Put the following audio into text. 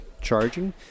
charging